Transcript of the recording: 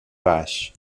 baix